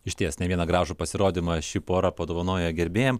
išties ne vieną gražų pasirodymą ši pora padovanoja gerbėjam